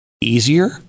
easier